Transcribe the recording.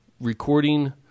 recording